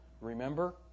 Remember